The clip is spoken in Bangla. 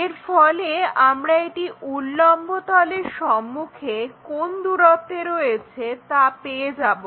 এর ফলে আমরা এটি উল্লম্ব তলের সম্মুখে কোন দূরত্বে রয়েছে তা পেয়ে যাবো